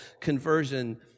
conversion